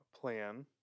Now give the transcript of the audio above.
plan